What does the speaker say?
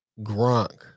Gronk